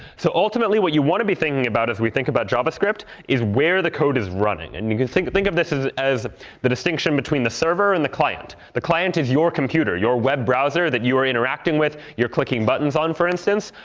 so ultimately, what you want to be thinking about as we think about javascript is where the code is running. and you can think think of this as the distinction between the server and the client. the client is your computer, your web browser that you are interacting with, you're clicking buttons on, for instance.